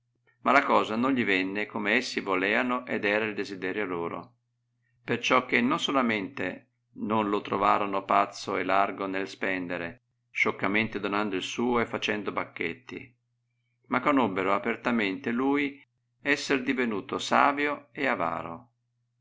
ma la cosa non gli venne come essi voleano ed era il desiderio loro perciò che non solamente non lo trovarono pazzo e largo nel spendere scioccamente donando il suo e facendo banchetti ma conobbero apertamente lui esser divenuto savio e avaro